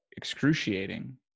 Excruciating